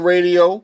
Radio